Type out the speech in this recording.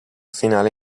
finale